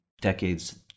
decades